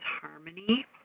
harmony